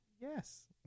Yes